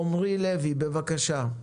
עמרי לוי, בבקשה.